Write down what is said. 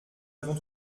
avons